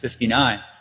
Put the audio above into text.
1959